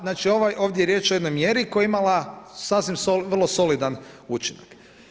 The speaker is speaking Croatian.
Znači ovdje je riječ o jednoj mjeri, koja je imala sasvim solidan učinak.